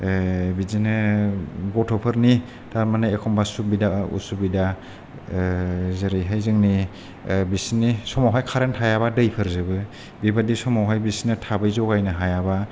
ओ बिदिनो गथ'फोरनि थारमाने एखम्बा सुबिदा उसुबिदा ओ जोरैहाय जोंनि ओ बिसोरनि समावहाय कारेन थायाबा दैफोर जोबो बेबादि समावहाय बिसोरनो थाबै जगायनो हायाबा